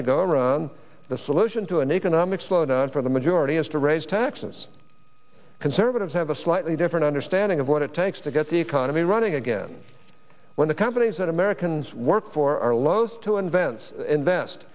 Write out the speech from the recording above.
to go around the solution to an economic slowdown for the majority is to raise taxes conservatives have a slightly different understanding of what it takes to get the economy running again when the companies that americans work for are loath to invents invest